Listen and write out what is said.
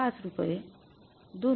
५ रुपये २